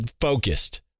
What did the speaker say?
focused